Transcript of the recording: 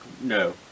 No